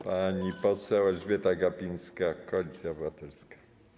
Pani poseł Elżbieta Gapińska, Koalicja Obywatelska.